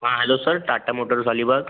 हां hello sir Tata Motors Alibag